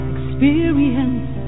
Experience